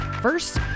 First